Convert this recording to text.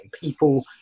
People